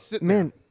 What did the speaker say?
Man